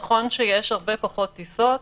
נכון שיש הרבה פחות טיסות,